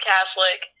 Catholic